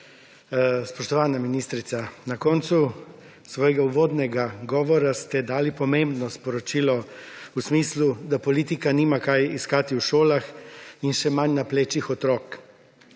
Spoštovana ministrica, na koncu svojega uvodnega govora ste dali pomembno sporočilo v smislu, da politika nima kaj iskati v šolah in še manj na plečih otrok,